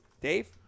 Dave